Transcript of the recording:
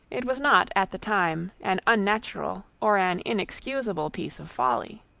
it was not at the time an unnatural or an inexcusable piece of folly.